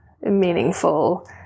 meaningful